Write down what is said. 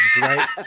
right